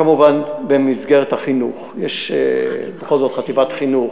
כמובן במסגרת החינוך, יש בכל זאת חטיבת חינוך,